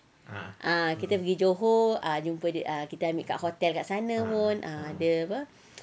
ah kita pergi johor ah jumpa ah kita ambil dekat hotel dekat sana pun dia apa